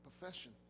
profession